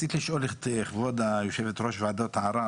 רציתי לשאול את כבוד יושבת-ראש ועדת הערר,